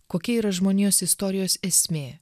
kokia yra žmonijos istorijos esmė